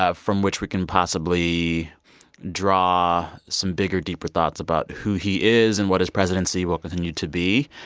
ah from which we can possibly draw some bigger, deeper thoughts about who he is and what his presidency will continue to be.